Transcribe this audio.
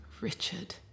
Richard